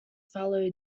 fallow